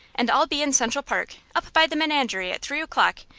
and i'll be in central park up by the menagerie at three o'clock,